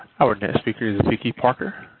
our next speaker is vicky parker.